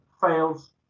fails